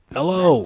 Hello